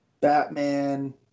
Batman